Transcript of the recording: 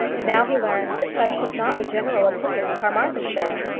now he learned that such was not the general opinion in carmarthenshire.